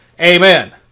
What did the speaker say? amen